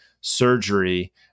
surgery